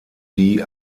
die